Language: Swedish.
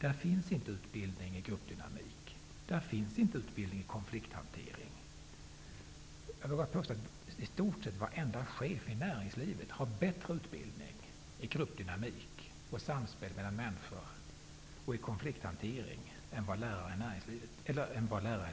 Där finns inte utbildning i gruppdynamik. Där finns inte utbildning i konflikthantering. Jag vågar påstå att i stort sett varenda chef i näringslivet har bättre utbildning i gruppdynamik, samspel mellan människor och konflikthantering än vad lärare i skolan har.